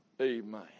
Amen